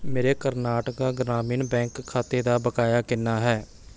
ਮੇਰੇ ਕਰਨਾਟਕਾ ਗ੍ਰਾਮੀਣ ਬੈਂਕ ਖਾਤੇ ਦਾ ਬਕਾਇਆ ਕਿੰਨਾ ਹੈ